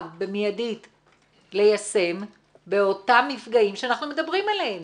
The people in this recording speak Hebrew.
במידי ליישם באותם מפגעים שאנחנו מדברים עליהם,